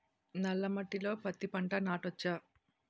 నల్ల మట్టిలో పత్తి పంట నాటచ్చా?